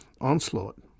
onslaught